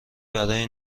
برای